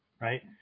Right